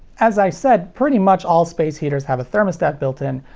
as i said, pretty much all space heaters have a thermostat built-in.